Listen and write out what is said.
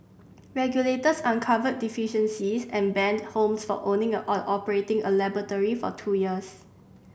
regulators uncovered deficiencies and banned Holmes from owning or operating a laboratory for two years